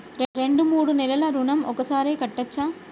రెండు మూడు నెలల ఋణం ఒకేసారి కట్టచ్చా?